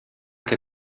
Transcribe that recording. che